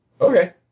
Okay